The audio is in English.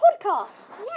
podcast